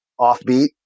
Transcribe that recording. offbeat